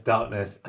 Darkness